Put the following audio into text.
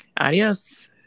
Adios